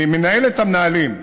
אני מנהל את המנהלים,